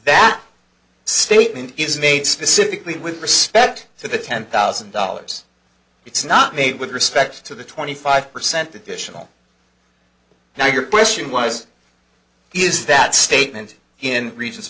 that statement is made specifically with respect to the ten thousand dollars it's not made with respect to the twenty five percent additional now your question was is that statement in regions